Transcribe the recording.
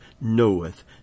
knoweth